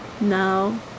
Now